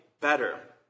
better